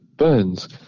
Burns